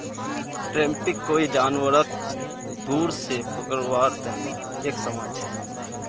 trapping कोई जानवरक दूर से पकड़वार तने एक समान छे